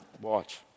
watch